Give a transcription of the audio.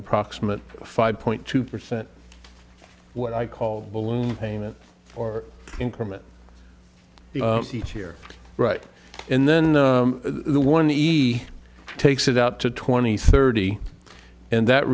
approximate five point two percent what i call balloon payment or increment each year right and then the one he takes it up to twenty thirty and that